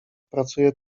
pracuje